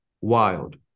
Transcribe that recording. wild